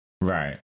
Right